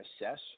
assess